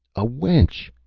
a wench!